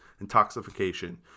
intoxication